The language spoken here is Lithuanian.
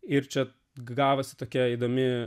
ir čia gavosi tokia įdomi